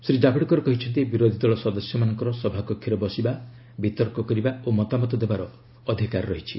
ଶ୍ରୀ ଜାଭେଡକର କହିଛନ୍ତି ବିରୋଧୀ ଦଳ ସଦସ୍ୟମାନଙ୍କର ସଭାକକ୍ଷରେ ବସିବା ବିତର୍କ କରିବା ଓ ମତାମତ ଦେବାର ଅଧିକାର ରହିଛି